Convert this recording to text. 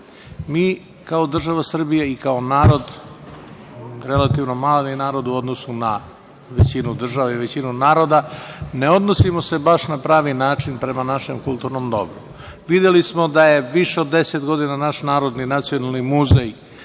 kao država Srbija i kao narod, relativno mali narod u odnosu na visinu države i visinu naroda ne odnosimo se baš na pravi način prema našem kulturnom dobru. Videli smo da je više od deset godina naš Narodni, nacionalni muzej,